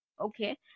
Okay